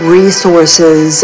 resources